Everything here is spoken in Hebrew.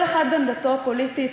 כל אחד בעמדתו הפוליטית,